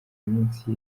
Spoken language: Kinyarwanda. iminsi